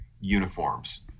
uniforms